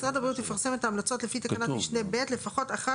משרד הבריאות יפרסם את ההמלצות לפי תקנת משנה (ב) לפחות אחת